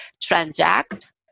transact